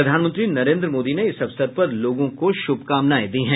प्रधानमंत्री नरेंद्र मोदी ने इस अवसर पर लोगों को शुभकामनाएं दी हैं